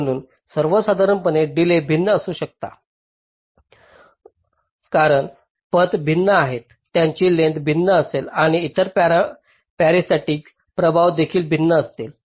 म्हणून सर्वसाधारणपणे डिलेज भिन्न असू शकतात कारण पथ भिन्न आहेत त्यांची लेंग्थस भिन्न असेल आणि इतर पॅरासिटिक प्रभाव देखील भिन्न असतील